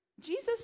Jesus